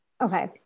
Okay